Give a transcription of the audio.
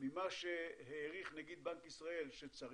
ממה שהעריך נגיד בנק ישראל שצריך,